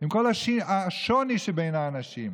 עם כל השוני שבין האנשים.